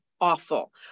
awful